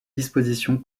disposition